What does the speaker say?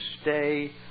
stay